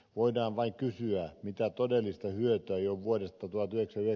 voidaan vain kysyä mitä todellista hyötyä jo vuodesta tuhat metriä